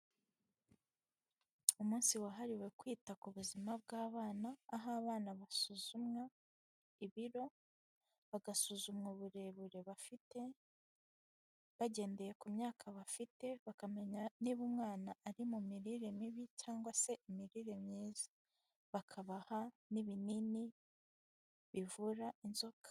Umunsi wahariwe kwita ku buzima bw'abana, aho abana basuzumwa ibiro, bagasuzumwa uburebure bafite bagendeye ku myaka bafite, bakamenya niba umwana ari mu mirire mibi cyangwa se imirire myiza, bakabaha n'ibinini bivura inzoka.